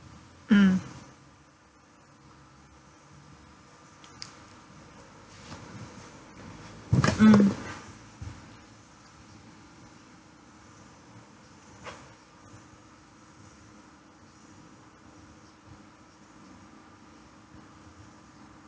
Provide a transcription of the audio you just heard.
mm mm